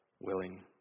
willing